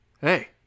hey